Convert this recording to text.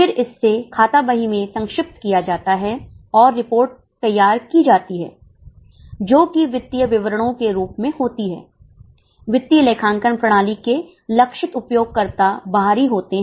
फिर इससे खाता बही में संक्षिप्त किया जाता है और रिपोर्ट तैयार की जाती है जोकि वित्तीय विवरणों के रूप में होती है वित्तीय लेखांकन प्रणाली के लिए लक्षित उपयोगकर्ता बाहरी होते हैं